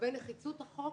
לגבי נחיצות החוק,